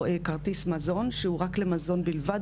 או כרטיס מזון שהוא רק למזון בלבד,